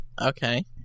Okay